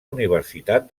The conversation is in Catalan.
universitat